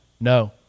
No